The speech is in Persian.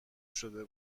شده